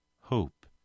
Hope